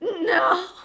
no